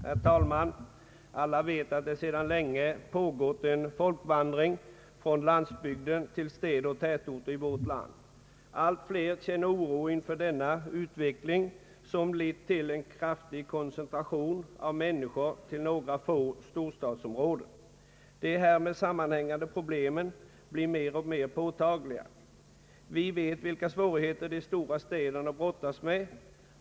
Herr talman! Alla vet att det sedan länge pågått en folkvandring från landsbygden till städer och tätorter i vårt land. Allt fler känner oro inför denana utveckling, som lett till en kraftig koncentration av människor till några få storstadsområden. De härmed samrnanhängande problemen blir mer och mer påtagliga. Vi vet vilka svårigheter de stora städerna brottas med.